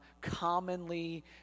commonly